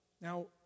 Now